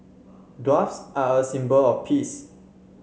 doves are a symbol of peace